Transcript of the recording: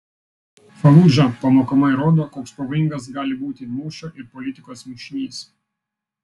faludža pamokomai rodo koks pavojingas gali būti mūšio ir politikos mišinys